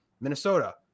Minnesota